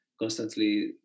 constantly